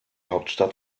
hauptstadt